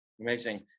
Amazing